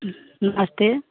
नमस्ते